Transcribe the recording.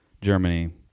Germany